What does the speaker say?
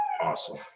awesome